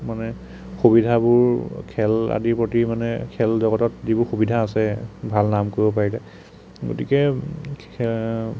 মানে সুবিধাবোৰ খেল আদিৰ প্ৰতি মানে খেলজগতত যিবোৰ সুবিধা আছে ভাল নাম কৰিব পাৰিলে গতিকে